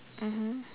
mmhmm